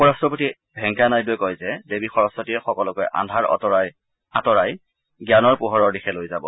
উপৰাষ্টপতি ভেংকায়া নাইডুৱে কয় যে দেৱী সৰস্বতীয়ে সকলোকে আন্ধাৰ আতৰাই জানৰ পোহৰৰ দিশে লৈ যাব